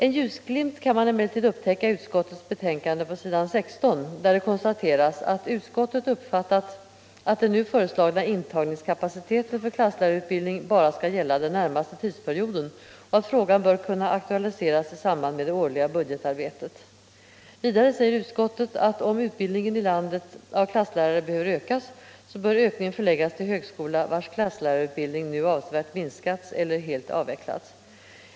En ljusglimt kan man emellertid upptäcka i utskottets betänkande på s. 16, där det konstateras att utskottet uppfattat att den nu föreslagna intagningskapaciteten för klasslärarutbildning bara skall gälla den närmaste tidsperioden och att frågan bör kunna aktualiseras i samband med det årliga budgetarbetet. Vidare säger utskottet att om utbildningen i landet av klasslärare behöver ökas, bör ökningen förläggas till högskola, vars klasslärarutbildning nu avsevärt minskats eller helt avvecklats.